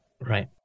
Right